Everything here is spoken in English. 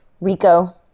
Rico